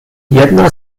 jedna